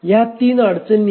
या तीन अडचणी आहेत